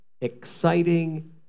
exciting